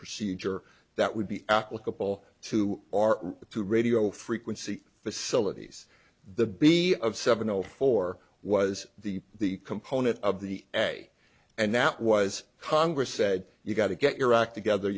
procedure that would be applicable to our two radio frequency facilities the b of seven zero four was the the component of the f a and that was congress said you've got to get your act together